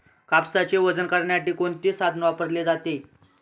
कापसाचे वजन करण्यासाठी कोणते साधन वापरले जाते?